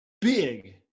big